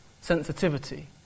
sensitivity